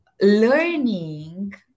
Learning